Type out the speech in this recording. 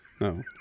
No